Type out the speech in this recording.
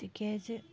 تِکیٛازِ